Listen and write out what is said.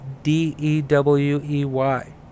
d-e-w-e-y